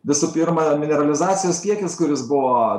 visų pirma mineralizacijos kiekis kuris buvo